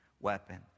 weapon